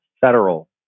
federal